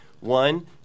one